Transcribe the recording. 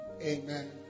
Amen